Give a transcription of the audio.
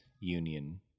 union